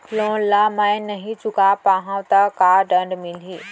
Loan ला मैं नही चुका पाहव त का दण्ड मिलही?